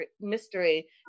mystery